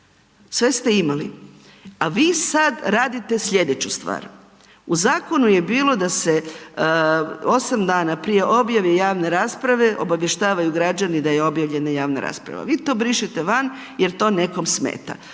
Sve ste imali. A vi sad radite slijedeću stvar. U zakonu je bilo da se 8 dana prije objave javne rasprave obavještavaju građani da je objavljena javna rasprava. vi to brišete van jer to nekom smeta